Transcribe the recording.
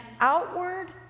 outward